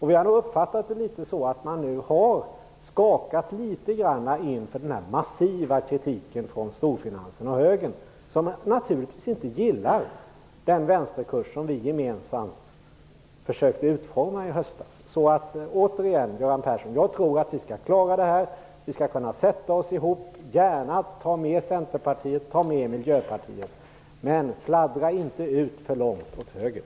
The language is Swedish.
Vi har nog uppfattat det som att man nu har skakat litet inför denna massiva kritik från storfinansen och högern, som naturligtvis inte gillar den vänsterkurs som vi gemensamt försökte utforma i höstas. Återigen, Göran Persson: Jag tror att vi skall klara detta. Vi skall kunna sätta oss ihop och gärna ta med Centerpartiet och Miljöpartiet. Men fladdra inte ut för långt åt höger!